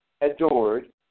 adored